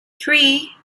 three